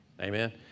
Amen